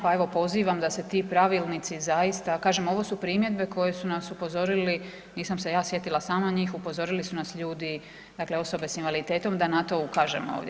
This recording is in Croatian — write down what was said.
Pa evo pozivam da se ti pravilnici zaista, kažem ovo su primjedbe na koje su nas upozorili, nisam se ja sjedila sama njih, upozorili su nas ljudi osobe s invaliditetom da na to ukažemo ovdje.